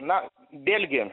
na vėlgi